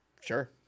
sure